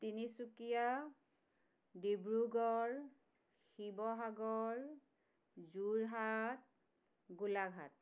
Tinsukia Dibrugarh Sivasagar Jorhat Golaghat